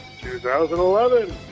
2011